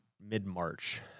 mid-March